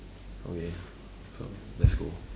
okay so let's go